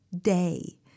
day